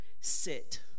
sit